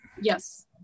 Yes